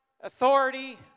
authority